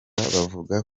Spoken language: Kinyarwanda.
bavuga